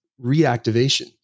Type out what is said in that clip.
reactivation